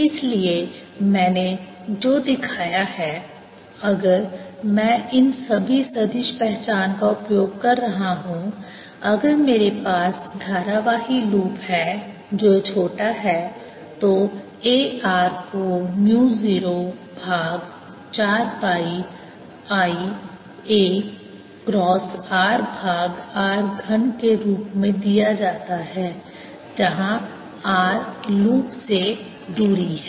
इसलिए मैंने जो दिखाया है अगर मैं इन सभी सदिश पहचान का उपयोग कर रहा हूं अगर मेरे पास धारावाही लूप है जो छोटा है तो A r को म्यु 0 भाग 4 pi I a cross r भाग r घन के रूप में दिया जाता है जहाँ r लूप से दूरी है